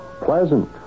pleasant